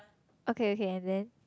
okay okay and then